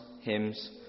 hymns